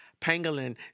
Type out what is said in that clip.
pangolin